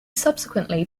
subsequently